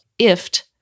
IFT